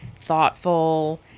thoughtful